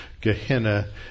Gehenna